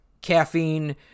caffeine